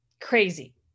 crazy